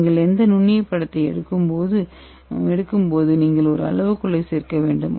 நீங்கள் எந்த நுண்ணிய படத்தையும் எடுக்கும்போது நீங்கள் ஒரு அளவுகோலை சேர்க்க வேண்டும்